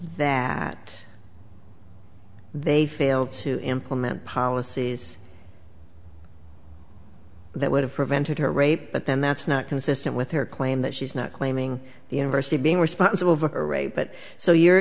that they fail to implement policies that would have prevented her rape but then that's not consistent with her claim that she's not claiming the university being responsible for her rape but so your